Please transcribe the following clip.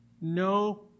No